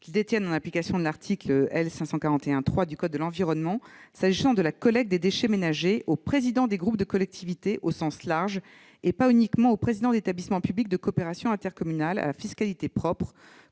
maires détiennent en application de l'article L. 541-3 du code de l'environnement, s'agissant de la collecte des déchets ménagers, aux présidents de groupe de collectivités territoriales au sens large, et non uniquement aux présidents d'établissement public de coopération intercommunale à fiscalité propre,